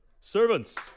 Servants